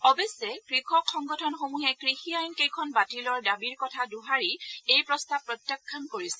অৱশ্যে কৃষক সংগঠনসমূহে কৃষি আইন কেইখন বাতিলৰ দাবীৰ কথা দোহাৰি এই প্ৰস্তাৱ প্ৰত্যাখান কৰিছিল